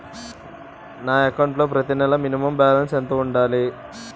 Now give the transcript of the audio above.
నా అకౌంట్ లో ప్రతి నెల మినిమం బాలన్స్ ఎంత ఉండాలి?